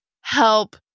help